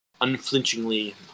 unflinchingly